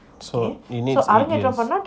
so it needs eight year